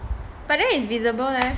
but then it's visible leh